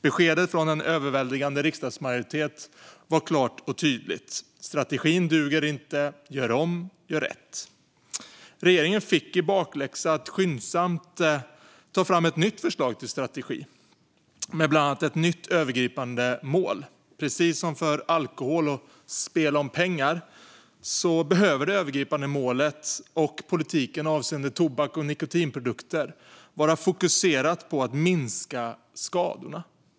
Beskedet från en överväldigande riksdagsmajoritet var klart och tydligt: Strategin duger inte. Gör om, och gör rätt! Regeringen fick i bakläxa att skyndsamt ta fram ett nytt förslag till strategi med bland annat ett nytt övergripande mål. Precis som för alkohol och spel om pengar behöver det övergripande målet och politiken avseende tobaks och nikotinprodukter vara fokuserat på att minska skadorna.